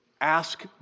ask